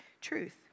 truth